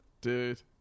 dude